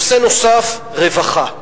נושא נוסף, רווחה.